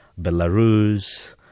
Belarus